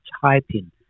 typing